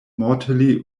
mortally